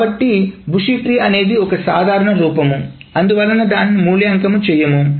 కాబట్టి bushy tree అనేది ఒక సాధారణ రూపము అందువలన దానిని మూల్యాంకనము చెయ్యము